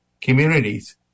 communities